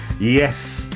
Yes